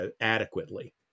adequately